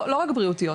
לא רק בריאותיות,